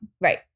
right